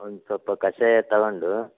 ಒಂದ್ ಸ್ವಲ್ಪ ಕಷಾಯ ತಗೊಂಡು